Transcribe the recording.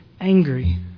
angry